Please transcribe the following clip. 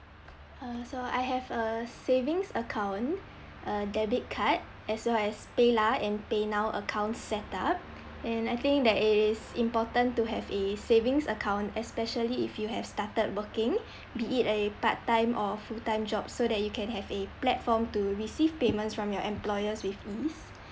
uh so I have a savings account a debit card as well as paylah and paynow account setup and I think that is important to have a savings account especially if you have started working be it a part time or full time job so that you can have a platform to receive payments from your employers with ease